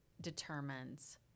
determines